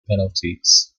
penalties